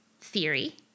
theory